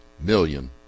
million